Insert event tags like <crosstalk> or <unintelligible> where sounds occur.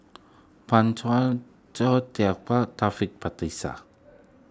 Pan <unintelligible> Teo <unintelligible> Taufik Batisah <noise>